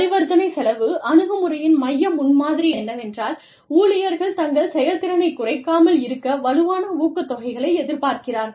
பரிவர்த்தனை செலவு அணுகுமுறையின் மைய முன்மாதிரி என்னவென்றால் ஊழியர்கள் தங்கள் செயல்திறனைக் குறைக்காமல் இருக்க வலுவான ஊக்கத்தொகைகளை எதிர்பார்க்கிறார்கள்